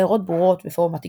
הערות ברורות ופורמט עקבי.